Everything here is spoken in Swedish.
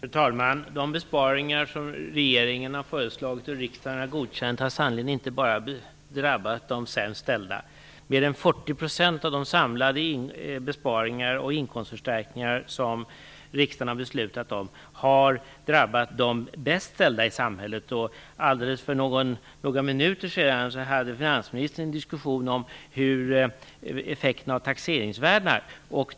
Fru talman! De besparingar som regeringen har föreslagit och riksdagen godkänt har sannerligen inte bara drabbat de sämst ställda. Mer än 40 % av de samlade besparingar och inkomstförstärkningar som riksdagen har beslutat om har drabbat de bäst ställda i samhället. För några minuter sedan hade finansministern en diskussion om effekterna av taxeringsvärdena.